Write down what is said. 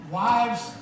wives